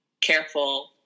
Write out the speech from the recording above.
careful